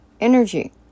energy